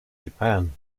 japan